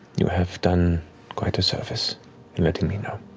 you have done quite a service know.